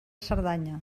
cerdanya